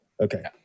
Okay